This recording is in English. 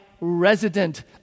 resident